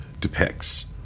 depicts